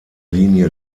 linie